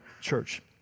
Church